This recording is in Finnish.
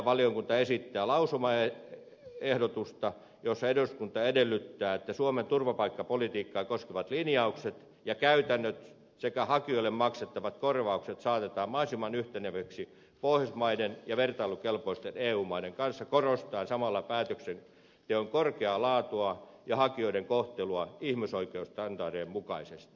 valiokunta esittää lausumaehdotusta jossa eduskunta edellyttää että suomen turvapaikkapolitiikkaa koskevat linjaukset ja käytännöt sekä hakijoille maksettavat korvaukset saatetaan mahdollisimman yhteneviksi pohjoismaiden ja vertailukelpoisten eu maiden kanssa korostaen samalla päätöksenteon korkeaa laatua ja hakijoiden kohtelua ihmisoikeusstandardien mukaisesti